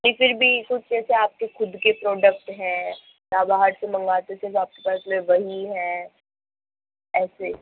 फिर भी कुछ जैसे आपके ख़ुद के प्रॉडक्ट है या बाहर से मंगवाते तो आपके पास में वही है ऐसे